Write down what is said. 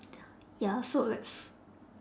ya so let's